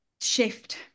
shift